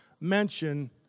mention